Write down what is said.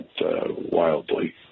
wildly